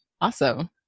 awesome